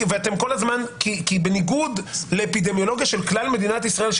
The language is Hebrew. כי בניגוד לאפידמיולוגיה של כלל מדינת ישראל,